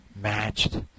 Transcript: matched